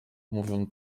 mówią